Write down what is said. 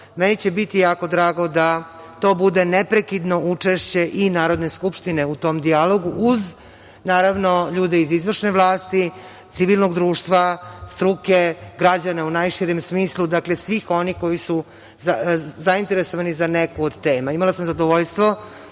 Meni će biti jako drago da to bude neprekidno učešće i Narodne skupštine u tom dijalogu, uz ljude iz izvršne vlasti, civilnog društva, struke, građana u najširem smislu, dakle svih onih koji su zainteresovani za neku od tema. Imala sam zadovoljstvo